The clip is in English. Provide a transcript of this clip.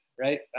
right